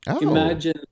Imagine